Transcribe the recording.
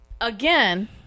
again